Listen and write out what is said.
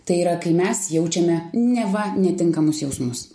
tai yra kai mes jaučiame neva netinkamus jausmus